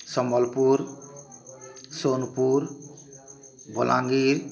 Sambalpur Sonepur Balangir